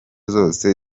zose